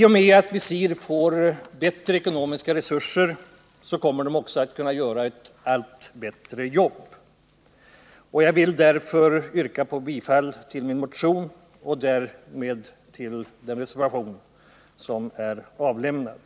Om VISIR får ökade ekonomiska resurser, så kommer det också att kunna göra ett allt bättre jobb. Jag vill med detta yrka bifall till min motion och därmed till den reservation som avgivits i ärendet.